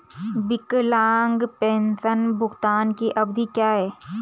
विकलांग पेंशन भुगतान की अवधि क्या है?